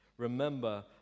Remember